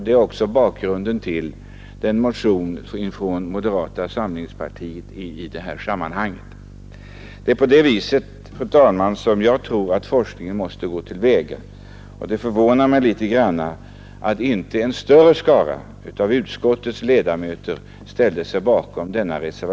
Det är också bakgrunden till motionen från moderata samlingspartiet i den här frågan. Det är så forskningen måste gå till väga, fru talman, och det förvånar mig något att inte en större skara av utskottets ledamöter ställt sig bakom reservationen 5.